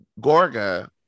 Gorga